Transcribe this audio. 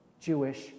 Jewish